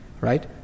Right